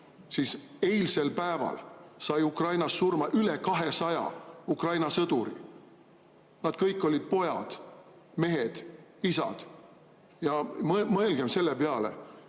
et] eilsel päeval sai Ukrainas surma üle 200 Ukraina sõduri. Nad olid kellegi pojad, mehed, isad. Mõelgem selle peale,